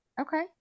Okay